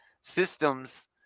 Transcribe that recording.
Systems